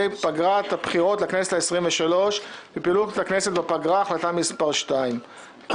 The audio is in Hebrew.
פגרת הבחירות לכנסת ה-23 ופעילות הכנסת בפגרה - החלטה מס' 2. אני